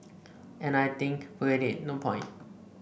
and I think forget it no point